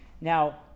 Now